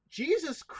Jesus